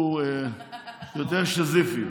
הוא יותר שזיפי.